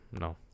No